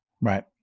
Right